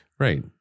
Right